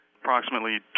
Approximately